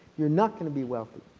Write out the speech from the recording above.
you are not going to be wealthy.